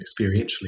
experientially